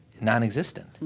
non-existent